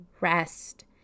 rest